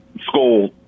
school